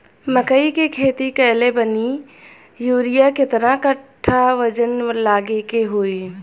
मकई के खेती कैले बनी यूरिया केतना कट्ठावजन डाले के होई?